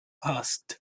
asked